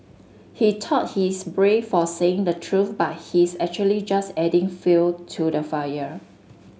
he thought he is brave for saying the truth but he is actually just adding fuel to the fire